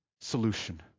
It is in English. solution